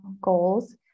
goals